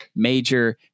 Major